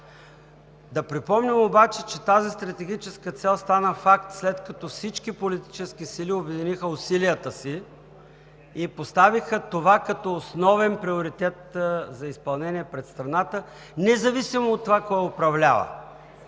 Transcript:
Да припомним обаче, че тази стратегическа цел стана факт, след като всички политически сили обединиха усилията си и поставиха това като основен приоритет за изпълнение пред страната, независимо от това кой управлява.